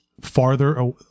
farther –